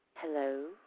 Hello